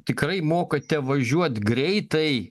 tikrai mokate važiuot greitai